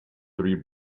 three